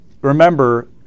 remember